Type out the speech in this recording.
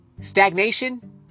stagnation